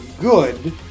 good